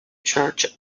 church